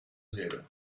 zebra